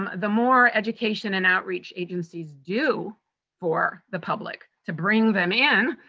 um the more education and outreach agencies do for the public to bring them in,